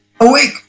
Awake